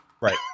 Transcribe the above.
right